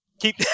keep